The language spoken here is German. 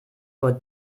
vor